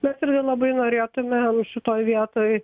mes irgi labai norėtume šitoj vietoj